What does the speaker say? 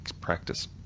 practice